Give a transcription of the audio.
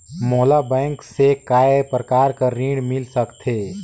मोला बैंक से काय प्रकार कर ऋण मिल सकथे?